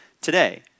today